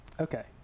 Okay